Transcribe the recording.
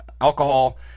Alcohol